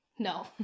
No